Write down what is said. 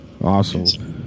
Awesome